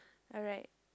all right